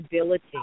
ability